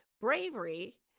Bravery